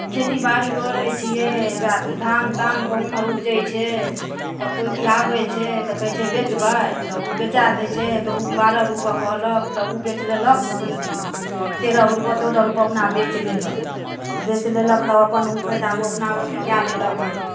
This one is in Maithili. खेती बाड़ी करै छियै हउएह धान तान गहुम आर उपजै छै तऽ कोइ भी आबै छै तऽ कहै छै बेचबै तऽ ओ बेचा दैत छै तऽ ओ बारह रुपैए कहलक तऽ ओ बेचि लेलक अपन तेरह रुपैए चौदह रुपैए अपना बेचि लेलक बेचि लेलक तब अपन ओ फायदा ओ अपना अथी कए लेलक